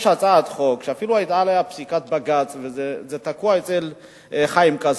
יש הצעת חוק שאפילו היתה עליה פסיקת בג"ץ וזה תקוע אצל חיים כץ.